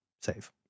save